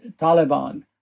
Taliban